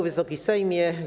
Wysoki Sejmie!